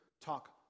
talk